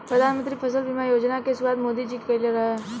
प्रधानमंत्री फसल बीमा योजना के शुरुआत मोदी जी के कईल ह